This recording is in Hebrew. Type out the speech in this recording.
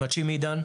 עם הצ'ימידן,